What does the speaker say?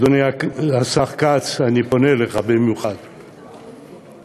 אדוני השר כץ, אני פונה במיוחד אליך.